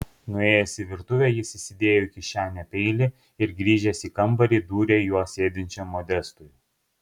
nuėjęs į virtuvę jis įsidėjo į kišenę peilį ir grįžęs į kambarį dūrė juo sėdinčiam modestui